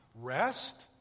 rest